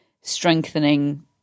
strengthening